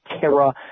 terror